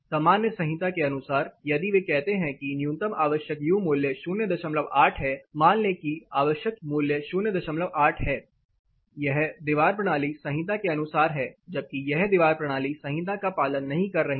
सामान्य संहिता के अनुसार यदि वे कहते हैं कि न्यूनतम आवश्यक यू मूल्य 08 है मान लें कि आवश्यक मूल्य 08 है यह दीवार प्रणाली संहिता के अनुसार है जबकि यह दीवार प्रणाली संहिता का पालन नहीं कर रही है